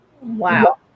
Wow